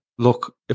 Look